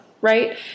right